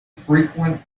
frequent